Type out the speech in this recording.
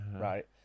right